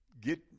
get